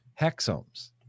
hexomes